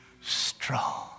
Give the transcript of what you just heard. strong